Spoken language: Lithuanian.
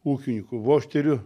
ūkininku vošteriu